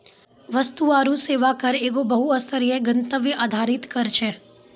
वस्तु आरु सेवा कर एगो बहु स्तरीय, गंतव्य आधारित कर छै